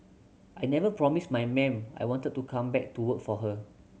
I never promised my ma'am I wanted to come back to work for her